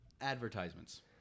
Advertisements